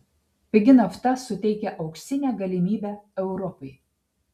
pigi nafta suteikia auksinę galimybę europai